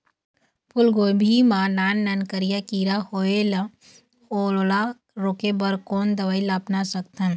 फूलगोभी मा नान नान करिया किरा होयेल ओला रोके बर कोन दवई ला अपना सकथन?